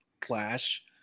clash